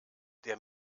der